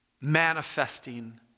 manifesting